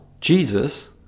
Jesus